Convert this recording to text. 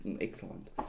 Excellent